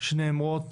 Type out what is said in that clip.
שנאמרות